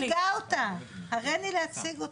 לשירות לאומי או אזרחי --- שירות חובה.